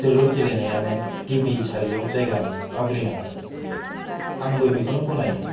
जोलुर गेलेनायानो गिबि सारियाव जायगा आवग्रिनो हादों आंबो बिखौनो गनायो